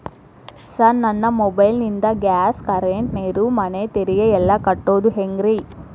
Sir ನನ್ನ mobile ನಿಂದ gas, current, ನೇರು, ಮನೆ ತೆರಿಗೆ ಎಲ್ಲಾ ಕಟ್ಟೋದು ಹೆಂಗ್ರಿ?